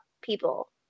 people